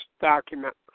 document